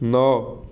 ନଅ